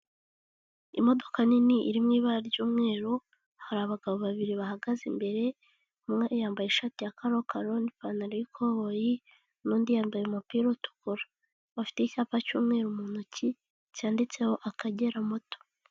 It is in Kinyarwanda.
Imodoka nini iri mu ibara ry'umweru hari abagabo babiri bahagaze imbere, umwe yambaye ishati ya karo karo n'ipantaro y'ikoboyi, undi yambaye umupira utukura. Bafite icyapa cy'umweru mu ntoki cyanditseho akagera moto.